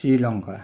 Sri Lanka